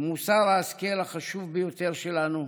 ומוסר ההשכל החשוב ביותר שלנו: